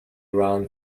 run